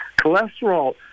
cholesterol